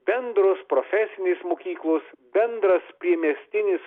bendros profesinės mokyklos bendras priemiestinis